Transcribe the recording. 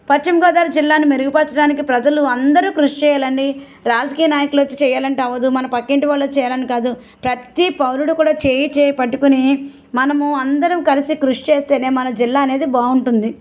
పశ్చిమగోదావరి జిల్లాని మెరుగుపరచడానికి ప్రజలు అందరూ కృషి చేయాలండి రాజకీయ నాయకులు వచ్చి చేయాలంటే అవ్వదు మన పక్కింటి వాళ్లు వచ్చి చేయాలని కాదు ప్రతి పౌరుడు కూడ చేయి చేయి పట్టుకొని మనము అందరము కలిసి కృషి చేస్తేనే మన జిల్లా అనేది బాగుంటుంది